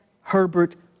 Herbert